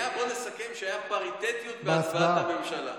בואו נסכם שהייתה פריטטיות בהצבעת הממשלה.